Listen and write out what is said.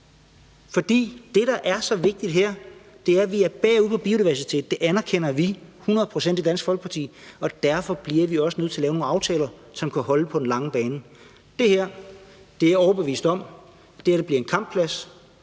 For det, der er så vigtigt her, er, at vi er bagud på biodiversitet – det anerkender vi hundrede procent i Dansk Folkeparti – og derfor bliver vi også nødt til at lave nogle aftaler, som kan holde på den lange bane. Det her er jeg overbevist om bliver en kampplads,